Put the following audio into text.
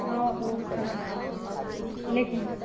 हँ ओ छै लेकिन